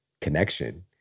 connection